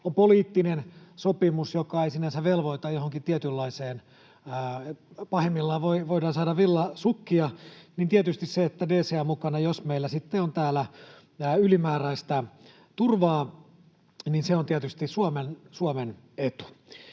on poliittinen sopimus, joka ei sinänsä velvoita johonkin tietynlaiseen — pahimmillaan voidaan saada villasukkia — niin tietysti jos meillä DCA:n mukana sitten on täällä ylimääräistä turvaa, se on tietysti Suomen etu.